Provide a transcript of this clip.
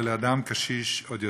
ולאדם קשיש עוד יותר.